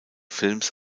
films